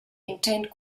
entente